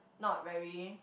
not very